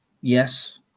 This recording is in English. Yes